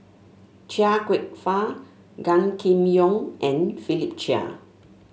Chia Kwek Fah Gan Kim Yong and Philip Chia